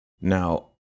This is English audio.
Now